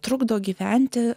trukdo gyventi